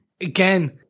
Again